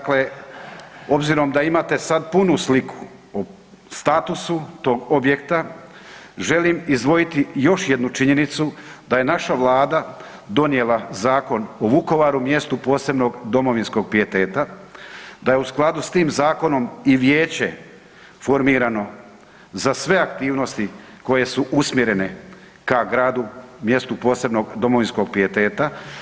Dakle, obzirom da imate sad punu sliku o statusu tog objekta želim izdvojiti još jednu činjenicu, da je naša Vlada donijela Zakon o Vukovaru mjestu posebnog domovinskog pijeteta, da je u skladu sa tim zakonom i vijeće formirano za sve aktivnosti koje su usmjerene ka gradu, mjestu posebnog domovinskog pijeteta.